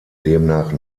demnach